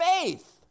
faith